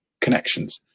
connections